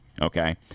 Okay